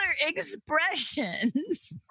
expressions